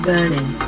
Berlin